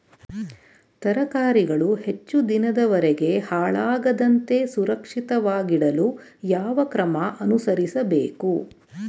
ತರಕಾರಿಗಳು ಹೆಚ್ಚು ದಿನದವರೆಗೆ ಹಾಳಾಗದಂತೆ ಸುರಕ್ಷಿತವಾಗಿಡಲು ಯಾವ ಕ್ರಮ ಅನುಸರಿಸಬೇಕು?